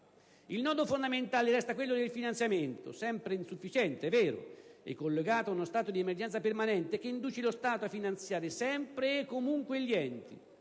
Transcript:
Il nodo fondamentale resta quello del finanziamento, sempre insufficiente - è vero - e collegato ad uno stato di emergenza permanente, che induce lo Stato a finanziare sempre e comunque gli enti,